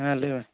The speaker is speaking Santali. ᱦᱮᱸ ᱞᱟᱹᱭᱢᱮ